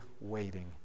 waiting